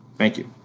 thank you.